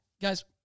Guys